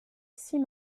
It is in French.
six